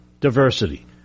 Diversity